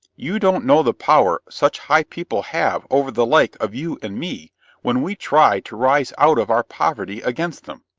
you don't know the power such high people have over the like of you and me when we try to rise out of our poverty against them.